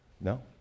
No